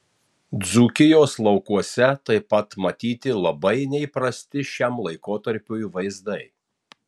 dzūkijos laukuose taip pat matyti labai neįprasti šiam laikotarpiui vaizdai